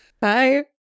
Bye